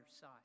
side